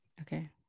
Okay